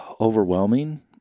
overwhelming